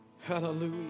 Hallelujah